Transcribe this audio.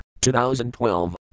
2012